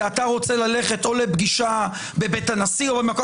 אתה רוצה ללכת או לפגישה בבית הנשיא או למקום אחר,